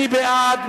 מי בעד?